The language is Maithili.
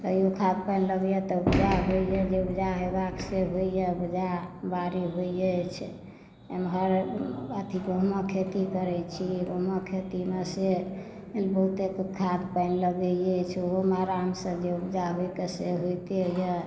तैयो खाद पानि लगैए तऽ उपजा होइए जे उपजा हेबाक से होइए उपजा बारी होइ अछि एमहर अथी गहूमक खेती करै छी गहूॅंमक खेतीमे से बहुते खाद पानि लगै अछि ओहूमे हरान से जे उपजा होइके से होइते यऽ